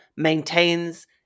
maintains